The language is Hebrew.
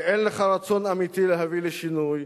שאין לך רצון אמיתי להביא לשינוי,